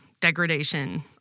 degradation